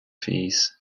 fees